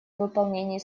выполнении